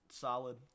solid